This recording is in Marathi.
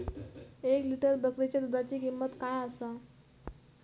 एक लिटर बकरीच्या दुधाची किंमत काय आसा?